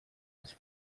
les